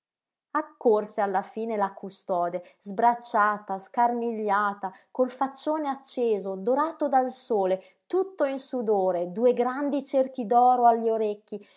accorse alla fine la custode sbracciata scarmigliata col faccione acceso dorato dal sole tutto in sudore due grandi cerchi d'oro agli orecchi